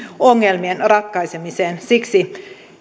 ongelmien ratkaisemiseen siksi